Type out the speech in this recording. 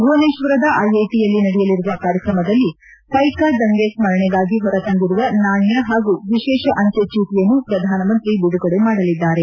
ಭುವನೇಶ್ವರದ ಐಐಟಿಯಲ್ಲಿ ನಡೆಯಲಿರುವ ಕಾರ್ಯಕ್ರಮದಲ್ಲಿ ಪೈಕಾ ದಂಗೆ ಸ್ಪರಣೆಗಾಗಿ ಹೊರತಂದಿರುವ ನಾಣ್ಣ ಹಾಗೂ ವಿಶೇಷ ಅಂಜೆ ಚೀಟಯನ್ನು ಪ್ರಧಾನಮಂತ್ರಿ ಬಿಡುಗಡೆ ಮಾಡಲಿದ್ದಾರೆ